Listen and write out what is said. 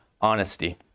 Honesty